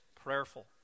prayerful